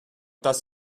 does